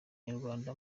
nyarwanda